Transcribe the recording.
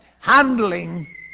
Handling